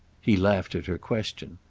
he laughed at her question.